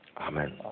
Amen